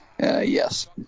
Yes